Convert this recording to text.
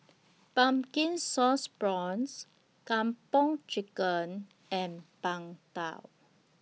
Pumpkin Sauce Prawns Kung Po Chicken and Png Tao